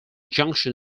junction